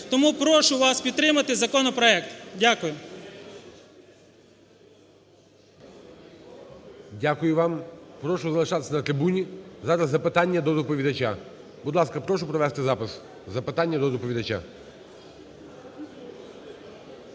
Тому прошу вас підтримати законопроект. Дякую. ГОЛОВУЮЧИЙ. Дякую вам. Прошу залишатись на трибуні. Зараз запитання до доповідача. Будь ласка, прошу провести запис, запитання до доповідача.